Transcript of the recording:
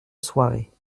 soirée